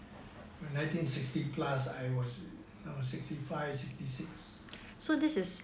nineteen sixty plus I was sixty five sixty six